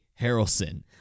Harrelson